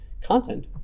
content